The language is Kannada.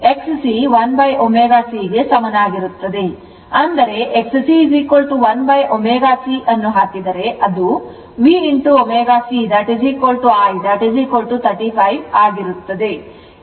ಅಂದರೆ xc1ω c ಅನ್ನು ಹಾಕಿದರೆ ಅದು Vωc I 35 ಆಗಿರುತ್ತದೆ